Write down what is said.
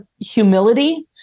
humility